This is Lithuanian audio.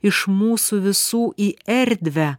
iš mūsų visų į erdvę